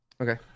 okay